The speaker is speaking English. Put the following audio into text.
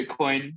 Bitcoin